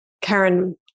Karen